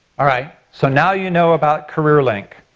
alright, so now you know about career link.